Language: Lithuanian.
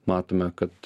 matome kad